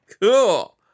Cool